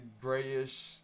grayish